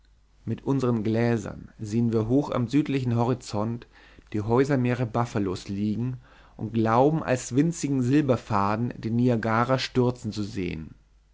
mit unsern gläsern sehen wir hoch am südlichen horizont die häusermeere buffalos liegen und glauben als winzigen silberfaden den niagarra stürzen zu sehen